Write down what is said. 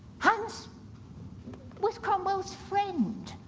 hans was cromwell's friend.